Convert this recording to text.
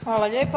Hvala lijepo.